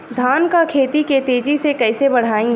धान क खेती के तेजी से कइसे बढ़ाई?